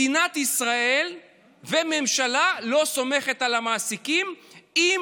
מדינת ישראל והממשלה לא סומכות על המעסיקים אם